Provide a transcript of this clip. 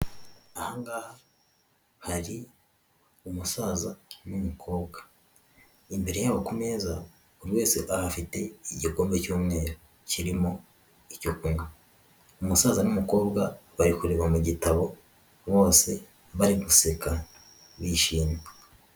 Aha ngaha hari umusaza n'umukobwa, imbere yabo ku meza buri wese afite igikombe cy'umweru, kirimo icyo kunywa, umusaza n'umukobwa bari kureba mu gitabo bose bari guseka bishimye.